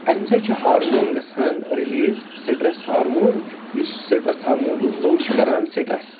اَمہِ سۭتۍ چھِ ہارمون گَژھان رِلیٖز سٹریٚس ہارمون یُس سٹریٚس ہارمون لوٚو چھِ کَران سٹریٚس